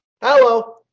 Hello